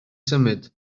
symud